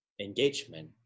engagement